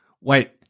wait